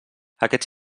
aquests